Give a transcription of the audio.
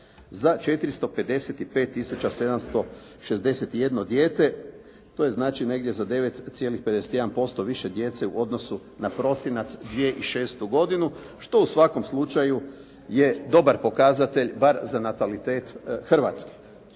tisuća 761 dijete. To je znači negdje za 9,51% više djece u odnosu na prosinac 2006. godinu što u svakom slučaju je dobar pokazatelj bar za natalitet Hrvatske.